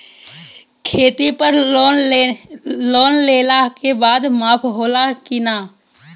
खेती पर लोन लेला के बाद माफ़ होला की ना?